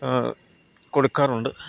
കൊടുക്കാറുണ്ട്